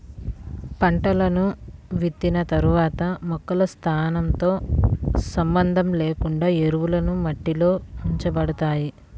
పంటలను విత్తిన తర్వాత మొక్కల స్థానంతో సంబంధం లేకుండా ఎరువులు మట్టిలో ఉంచబడతాయి